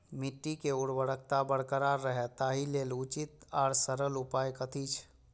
मिट्टी के उर्वरकता बरकरार रहे ताहि लेल उचित आर सरल उपाय कथी छे?